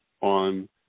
on